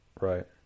right